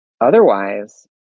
otherwise